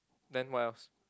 then what else